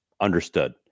Understood